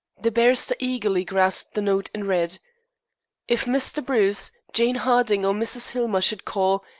the barrister eagerly grasped the note and read if mr. bruce, jane harding, or mrs. hillmer should call,